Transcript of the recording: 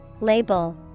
Label